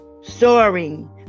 soaring